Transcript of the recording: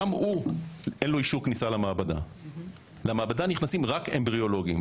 וגם לו אין אישור כניסה למעבדה נכנסים רק אמבריולוגים,